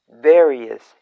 various